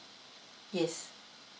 yes